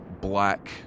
black